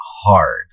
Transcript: hard